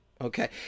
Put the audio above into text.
okay